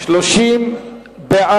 חוק להגנה על